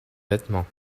vêtements